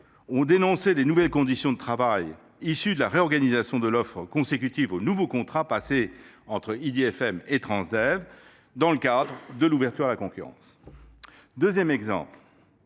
dénonçant les nouvelles conditions de travail issues de la réorganisation de l’offre consécutive au nouveau contrat passé entre IDFM et Transdev dans le cadre de l’ouverture à la concurrence. De même,